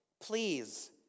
please